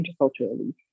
interculturally